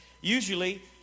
usually